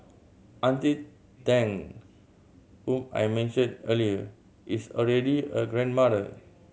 Auntie Tang who I mentioned earlier is already a grandmother